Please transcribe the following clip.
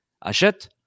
achète